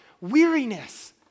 Weariness